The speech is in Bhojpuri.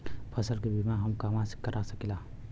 फसल के बिमा हम कहवा करा सकीला?